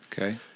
Okay